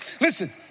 Listen